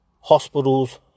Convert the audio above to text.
hospitals